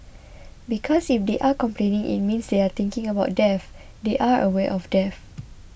because if they are complaining it means they are thinking about death they are aware of death